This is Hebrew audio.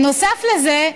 נוסף לזה,